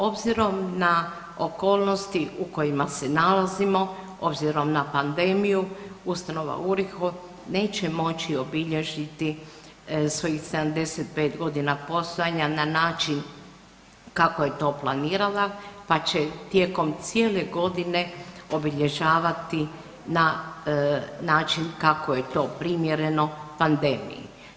Obzirom na okolnosti u kojima se nalazimo, obzirom na pandemiju, ustanova URIHO neće moći obilježiti svojih 75 g. postojanja na način kako je to planirala pa će tijekom cijele godine obilježavati na način kako je to primjereno pandemiji.